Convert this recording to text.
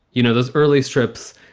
you know those early strips,